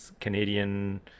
Canadian